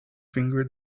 finger